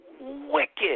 wicked